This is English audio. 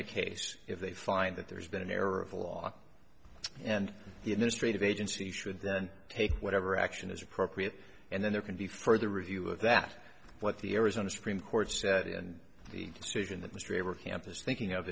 the case if they find that there's been an error of the law and the administrative agency should then take whatever action is appropriate and then there can be further review of that what the arizona supreme court said and the decision that mr hayward campus thinking of